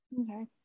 okay